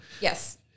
Yes